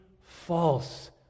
false